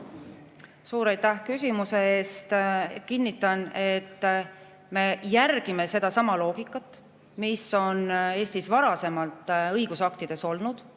Suur aitäh küsimuse eest! Kinnitan, et me järgime sedasama loogikat, mis on Eestis varasemalt õigusaktides olnud.